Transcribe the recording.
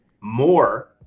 more